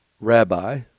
Rabbi